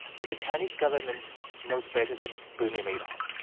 but the chinese government knows better than bernie madoff,